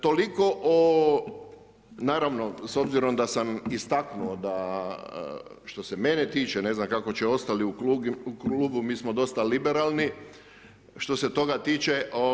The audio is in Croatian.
Toliko o naravno, s obzirom da sam istaknuo da što se mene tiče, ne znam kako će ostali u klubu, mi smo dosta liberalni što se toga tiče.